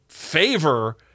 favor